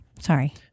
Sorry